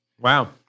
Wow